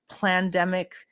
pandemic